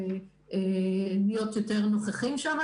להיות יותר נוכחים שמה